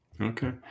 okay